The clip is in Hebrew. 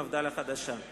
מפד"ל החדשה: